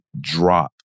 drop